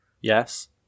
Yes